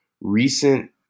Recent